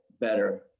better